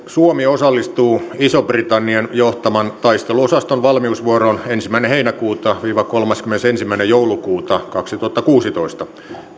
suomi osallistuu ison britannian johtaman taisteluosaston valmiusvuoroon ensimmäinen heinäkuuta kolmaskymmenesensimmäinen joulukuuta kaksituhattakuusitoista